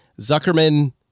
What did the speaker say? Zuckerman